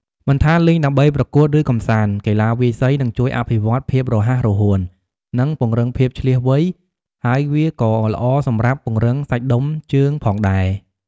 មិនថាលេងដើម្បីប្រកួត ឬកម្សាន្ត កីឡាវាយសី នឹងជួយអភិវឌ្ឍភាពរហ័សរហួន និងពង្រឹងភាពឈ្លាសវៃ ហើយវាក៏ល្អសម្រាប់ពង្រឹងសាច់ដុំជើងផងដែរ។